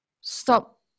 stop